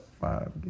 five